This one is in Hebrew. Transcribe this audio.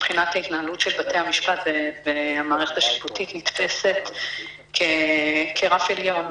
מבחינת ההתנהלות של בתי המשפט והמערכת השיפוטית נתפסת כרף עליון,